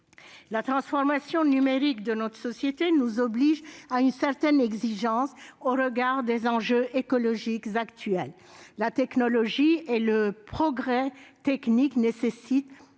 La transformation numérique de notre société nous oblige à une certaine exigence, compte tenu des enjeux écologiques actuels. La technologie et le progrès technique nécessitent